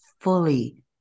fully